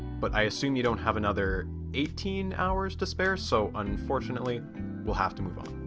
but i assume you don't have another eighteen hours to spare so unfortunately we'll have to move on.